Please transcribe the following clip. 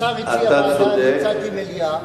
השר הציע ועדה, אני הצעתי מליאה.